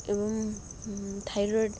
ଏବଂ ଥାଇରଏଡ଼୍